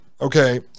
okay